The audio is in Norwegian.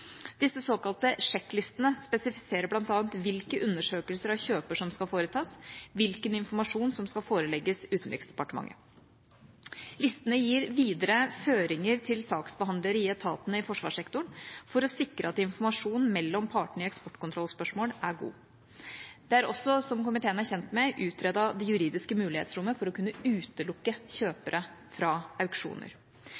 Disse såkalte sjekklistene spesifiserer bl.a. hvilke undersøkelser av kjøper som skal foretas, hvilken informasjon som skal forelegges Utenriksdepartementet. Listene gir videre føringer til saksbehandlere i etatene i forsvarssektoren for å sikre at informasjonen mellom partene i eksportkontrollspørsmål er god. Det er også, som komiteen er kjent med, utredet det juridiske mulighetsrommet for å kunne utelukke